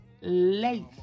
late